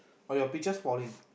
your picture's falling